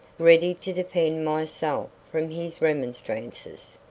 ready to defend myself from his remonstrances,